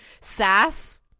sass